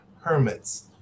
hermits